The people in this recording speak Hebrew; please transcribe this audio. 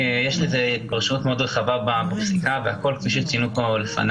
לדברים הללו יש פרשנות מאוד רחבה ודובר על כך לפני.